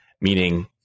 meaning